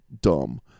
dumb